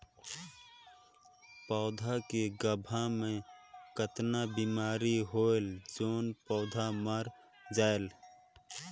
पौधा के गाभा मै कतना बिमारी होयल जोन पौधा मर जायेल?